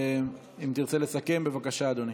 אם תרצה לסכם, בבקשה, אדוני.